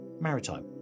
maritime